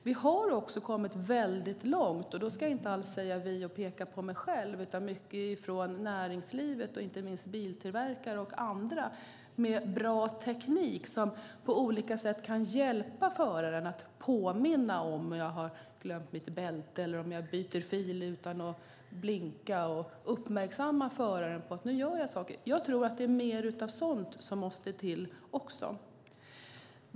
Vi har kommit långt - och när jag säger vi pekar jag inte bara på mig själv, utan mycket har kommit från näringslivet, inte minst från biltillverkare och andra - med bra teknik som på olika sätt kan hjälpa föraren att påminna om ifall man har glömt sitt bälte eller byter fil utan att blinka. Tekniken kan uppmärksamma föraren när han eller hon gör sådana saker, och jag tror att det är mer av sådant som måste till också.